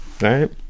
Right